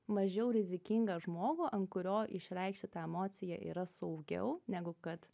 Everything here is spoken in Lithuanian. mažiau rizikingą žmogų an kurio išreikšti tą emociją yra saugiau negu kad